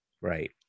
right